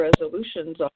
resolutions